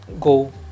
go